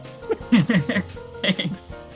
Thanks